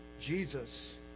Jesus